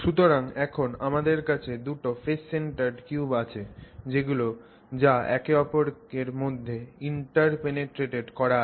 সুতরাং এখন আমাদের কাছে দুটো ফেস সেন্টারড কিউব আছে যেগুলো যা একে অপরের মধ্যে ইন্টারপেনিট্রেটেড করা আছে